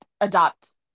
adopt